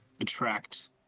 attract